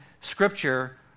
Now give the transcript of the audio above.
scripture